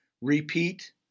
Repeat